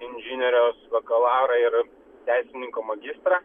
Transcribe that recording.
inžinieriaus bakalauro ir teisininko magistrą